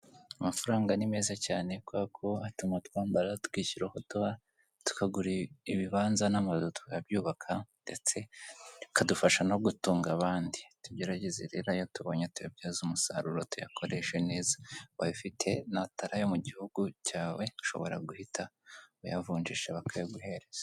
Amafaranga ni meza cyane kubera ko atuma twambara tukishyura aho tuba, tukagura ibibanza n'amazu tukabyubaka ndetse bikadufasha no gutunga abandi. Tugerageze rero ayo tubonye tuyabyaze umusaruro, tuyakoreshe neza. Ubaye ufite n'atari ayo mu gihugu cyawe ushobora guhita uyavunjisha bakayaguhereza.